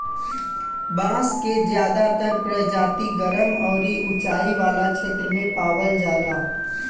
बांस के ज्यादातर प्रजाति गरम अउरी उचाई वाला क्षेत्र में पावल जाला